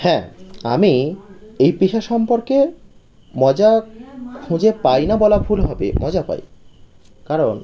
হ্যাঁ আমি এই পেশা সম্পর্কে মজা খুঁজে পাই না বলা ভুল হবে মজা পাই কারণ